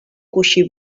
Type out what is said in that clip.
coixí